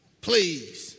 Please